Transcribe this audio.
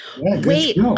Wait